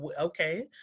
okay